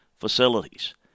facilities